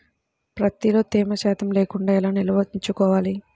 ప్రత్తిలో తేమ శాతం లేకుండా ఎలా నిల్వ ఉంచుకోవాలి?